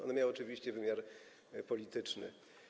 One miały oczywiście wymiar polityczny.